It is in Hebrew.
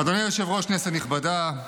אדוני היושב-ראש, כנסת נכבדה,